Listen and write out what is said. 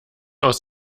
aus